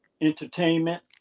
entertainment